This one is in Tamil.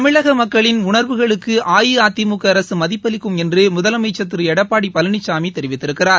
தமிழக மக்களின் உணர்வுகளுக்கு அஇஅதிமுக அரசு மதிப்பளிக்கும் என்று முதலமைச்சர் திரு எடப்பாடி பழனிசாமி தெரிவித்திருக்கிறார்